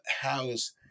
house